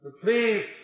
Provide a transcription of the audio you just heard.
please